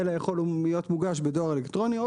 זה יכול להיות מוגש בדואר אלקטרוני או